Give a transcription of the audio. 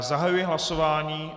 Zahajuji hlasování...